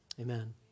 Amen